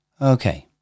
Okay